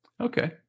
Okay